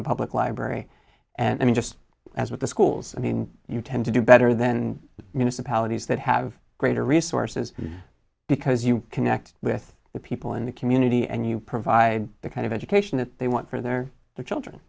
a public library and i mean just as with the schools i mean you tend to do better then municipalities that have greater resources because you connect with the people in the community and you provide the kind of education that they want for their children